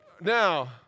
Now